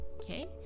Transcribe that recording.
okay